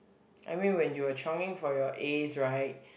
I mean when you were chionging for your As right